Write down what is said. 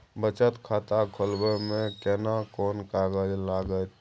बचत खाता खोलबै में केना कोन कागज लागतै?